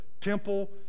temple